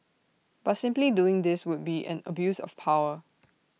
but simply doing this would be an abuse of power